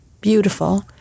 Beautiful